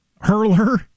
hurler